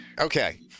Okay